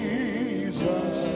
Jesus